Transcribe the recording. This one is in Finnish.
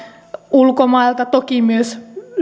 ulkomailta toki myös